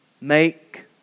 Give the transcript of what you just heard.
Make